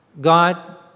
God